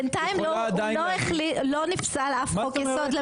בינתיים לא נפסל לא נפסל אף חוק יסוד,